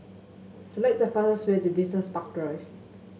select the fastest way to Business Park Drive